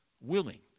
willing